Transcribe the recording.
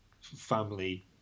family